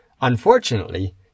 Unfortunately